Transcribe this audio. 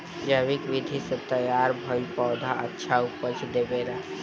जैविक विधि से तैयार भईल पौधा अच्छा उपज देबेला